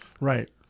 Right